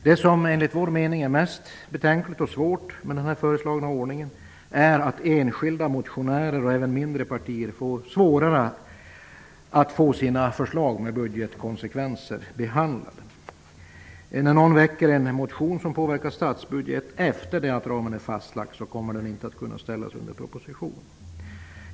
Det som enligt vår mening är mest betänkligt och svårt med den föreslagna ordningen är att enskilda motionärer och även mindre partier får svårare att få sina förslag med budgetkonsekvenser behandlade. När någon väcker en motion som påverkar statsbudgeten efter det att ramen är fastlagd kommer motionen inte att kunna ställas under proposition.